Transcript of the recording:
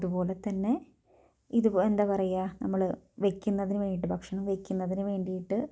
അതുപോലെ തന്നെ ഇത് എന്താ പറയുക നമ്മള് വെക്കുന്നതിന് വേണ്ടിയിട്ട് ഭക്ഷണം വെക്കുന്നതിന് വേണ്ടിയിട്ട്